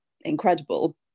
incredible